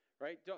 right